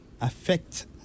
affect